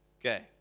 Okay